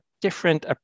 different